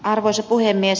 arvoisa puhemies